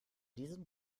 diesem